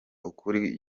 ukuri